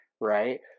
Right